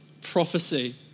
prophecy